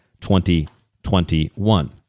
2021